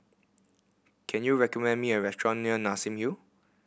can you recommend me a restaurant near Nassim Hill